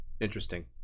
Interesting